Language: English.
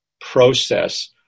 process